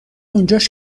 اونجاش